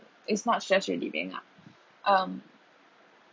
it's not stress relieving ah um